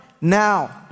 Now